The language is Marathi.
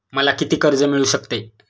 मला किती कर्ज मिळू शकते?